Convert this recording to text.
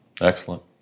Excellent